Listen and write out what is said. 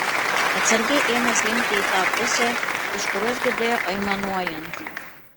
atsargiai ėmė slinkti į tą pusę iš kurios girdėjo aimanuojant